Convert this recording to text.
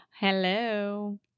Hello